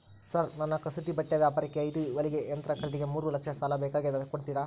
Sir ನನ್ನ ಕಸೂತಿ ಬಟ್ಟೆ ವ್ಯಾಪಾರಕ್ಕೆ ಐದು ಹೊಲಿಗೆ ಯಂತ್ರ ಖರೇದಿಗೆ ಮೂರು ಲಕ್ಷ ಸಾಲ ಬೇಕಾಗ್ಯದ ಕೊಡುತ್ತೇರಾ?